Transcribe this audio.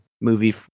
movie